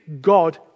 God